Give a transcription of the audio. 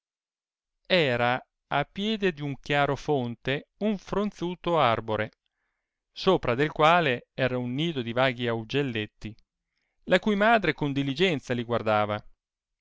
era a piede d'un chiaro fonte un fronzuto arbore sopra del quale era un nido di vaghi augelletti la cui madre con diligenza li guardava